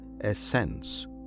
essence